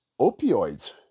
opioids